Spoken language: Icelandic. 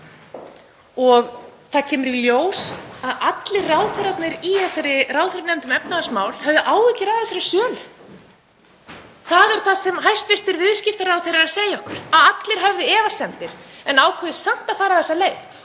og það kemur í ljós að allir ráðherrarnir í þessari ráðherranefnd um efnahagsmál höfðu áhyggjur af þessari sölu. Það er það sem hæstv. viðskiptaráðherra er að segja okkur, að allir hafi haft efasemdir en ákveðið samt að fara þessa leið.